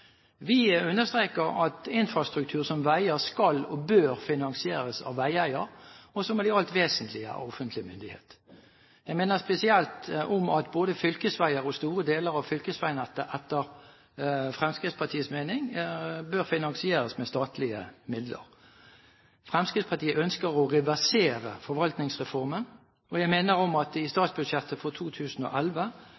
Vi understreker at infrastruktur som veier skal og bør finansieres av veieier, som i det alt vesentlige er offentlig myndighet. Jeg minner spesielt om at både fylkesveier og store deler av fylkesveinettet etter Fremskrittspartiets mening bør finansieres med statlige midler. Fremskrittspartiet ønsker å reversere forvaltningsreformen, og jeg minner om at det i